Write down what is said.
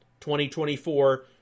2024